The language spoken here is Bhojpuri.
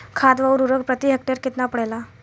खाध व उर्वरक प्रति हेक्टेयर केतना पड़ेला?